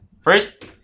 First